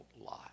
lie